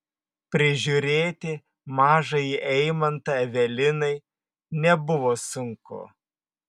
prižiūrėti mažąjį eimantą evelinai nebuvo sunku